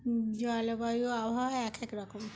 জলবায়ু আবহাওয়া এক এক রকম